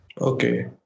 Okay